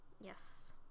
Yes